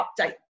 update